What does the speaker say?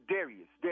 Darius